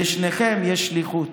לשניכם יש שליחות.